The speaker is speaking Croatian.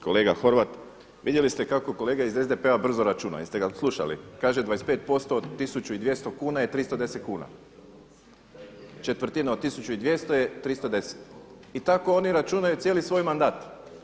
Kolega Horvat, vidjeli ste kako kolega iz SDP-a brzo računa jeste ga slušali, kaže 25% od 1200 kuna je 310 kuna, četvrtina od 1200 je 310 i tako oni računaju cijeli svoj mandat.